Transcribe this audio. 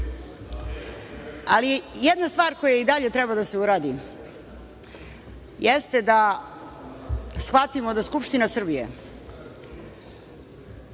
ali jedna stvar koja i dalje treba da se uradi jeste da shvatimo da Skupština Srbije